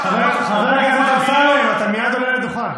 חבר הכנסת אמסלם, אתה מייד עולה לדוכן.